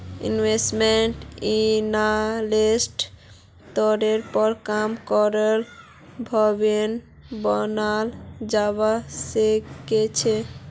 investment एनालिस्टेर तौरेर पर काम करे भविष्य बनाल जावा सके छे